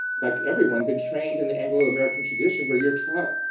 like everyone, been trained in the anglo-american tradition where you're taught,